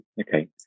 okay